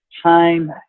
time